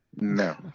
No